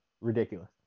ridiculous